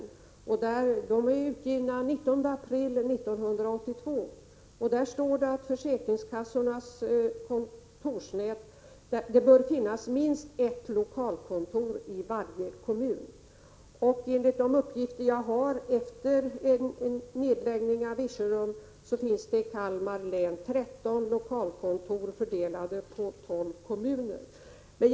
De är utgivna den 19 april 1982. Där står det att det bör finnas minst ett lokalkontor i varje kommun. Enligt de uppgifter jag har finns det i Kalmar län, efter nedläggningen av lokalkontoret i Virserum, 13 lokalkontor fördelade på 12 kommuner.